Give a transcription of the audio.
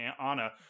Anna